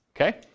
Okay